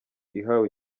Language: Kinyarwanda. ihawe